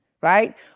right